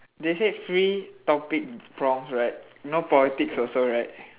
they said free topic prompts right no politics also right